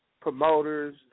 promoters